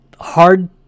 hard